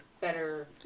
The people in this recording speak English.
better